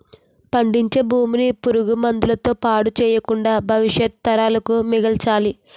పండించే భూమిని పురుగు మందుల తో పాడు చెయ్యకుండా భవిష్యత్తు తరాలకు మిగల్చాలి